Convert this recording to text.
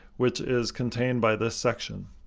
which is contained by this section.